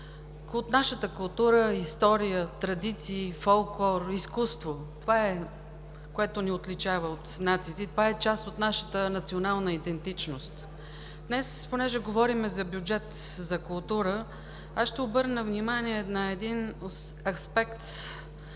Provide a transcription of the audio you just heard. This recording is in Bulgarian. Нашата култура, история, традиции, фолклор, изкуство – това ни отличава от нациите и това е част от нашата национална идентичност. Днес понеже говорим за бюджет за културата аз ще обърна внимание на един аспект